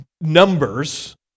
numbers